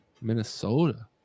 Minnesota